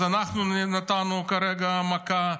אז אנחנו נתנו כרגע מכה,